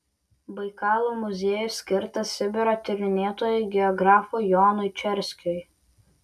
baikalo muziejus skirtas sibiro tyrinėtojui geografui jonui čerskiui